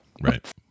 Right